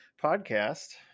podcast